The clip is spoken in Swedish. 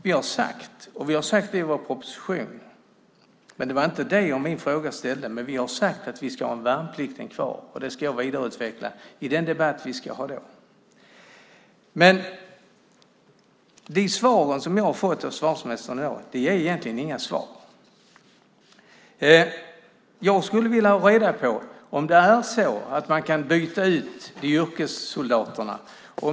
Vi har sagt i vårt förslag - men det var inte det jag ställde frågan om - att vi ska ha värnplikten kvar. Det ska jag vidareutveckla i den debatt vi ska ha då. De svar som jag har fått av försvarsministern är egentligen inga svar. Jag skulle vilja ha reda på om det är så att man kan byta ut yrkessoldaterna.